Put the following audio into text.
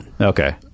okay